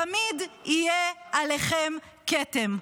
תמיד יהיה עליכם כתם.